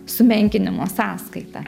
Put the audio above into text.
sumenkinimo sąskaita